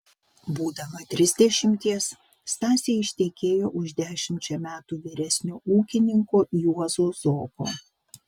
būdama trisdešimties stasė ištekėjo už dešimčia metų vyresnio ūkininko juozo zoko